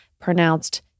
pronounced